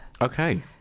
Okay